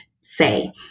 say